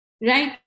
Right